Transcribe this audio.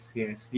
yes